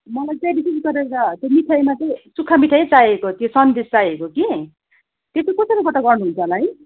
मलाई चाहिँ विशेष गरेर त्यो मिठाईमा चाहिँ सुक्खा मिठाई चाहिएको त्यो सन्देस चाहिएको कि त्यो चाहिँ कसरी गोटा गर्नु हुन्छ होला है